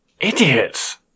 Idiots